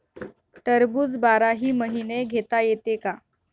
टरबूज बाराही महिने घेता येते का?